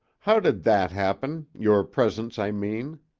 how did that happen your presence, i mean?